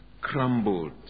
crumbled